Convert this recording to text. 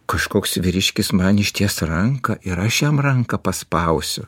kažkoks vyriškis man išties ranką ir aš jam ranką paspausiu